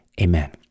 amen